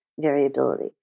variability